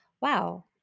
wow